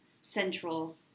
central